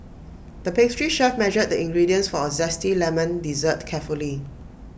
the pastry chef measured the ingredients for A Zesty Lemon Dessert carefully